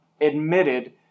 admitted